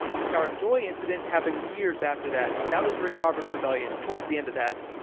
the tower of joy incident happened years after that. that was during robert's rebellion towards the end of that.